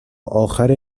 آخر